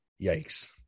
Yikes